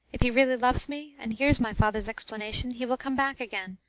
if he really loves me, and hears my father's explanation, he will come back again.